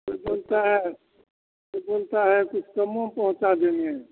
कोई बोलता है कोई बोलता है कुछ कम में पहुँचा देंगे